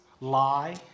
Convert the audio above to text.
lie